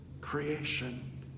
creation